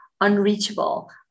unreachable